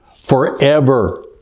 forever